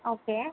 okay